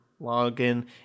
login